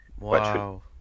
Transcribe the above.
Wow